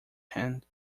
hand